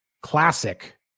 classic